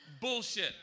Bullshit